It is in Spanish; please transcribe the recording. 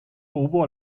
hubo